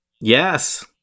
Yes